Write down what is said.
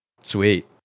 Sweet